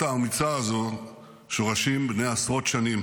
האמיצה הזאת יש שורשים בני עשרות שנים.